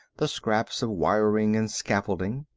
the scraps of wiring and scaffolding.